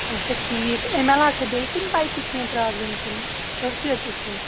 اچھا ٹھیٖک اَمہِ علاوٕ چھےٚ بیٚیہِ کُنہِ پایپہِ کیٚنٛہہ پرٛابلِم کٕنۍ أتھۍ یوتہٕ چھِ